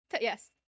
Yes